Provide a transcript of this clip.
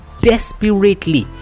desperately